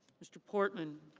mr. portman.